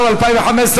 התשע"ו 2015,